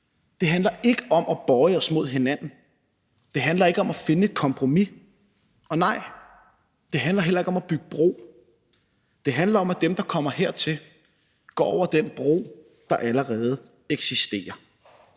Det handler ikke om at bøje os mod hinanden. Det handler ikke om at finde et kompromis, og nej, det handler heller ikke om at bygge bro. Det handler om, at dem, der kommer hertil, går over den bro, der allerede eksisterer,